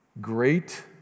great